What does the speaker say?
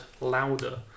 louder